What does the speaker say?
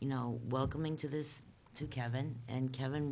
you know welcoming to this to calvin and kevin